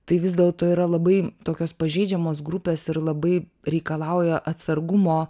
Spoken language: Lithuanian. tai vis dėlto yra labai tokios pažeidžiamos grupės ir labai reikalauja atsargumo